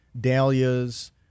Dahlias